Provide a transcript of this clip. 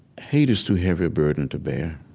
hate is too heavy a burden to bear